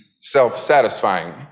self-satisfying